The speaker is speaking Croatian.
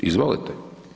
Izvolite.